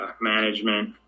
management